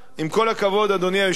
עם כל הכבוד, אדוני היושב-ראש,